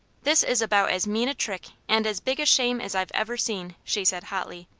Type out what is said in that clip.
this is about as mean a trick, and as big a shame as i've ever seen, she said, hotly.